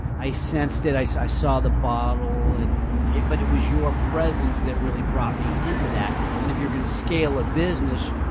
i sensed it. i saw i saw the bottle and it but it was your presence that really brought me into that. and if you're going to scale a business,